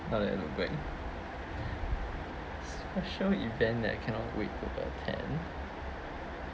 now I look back special event that I cannot wait to attend